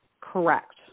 Correct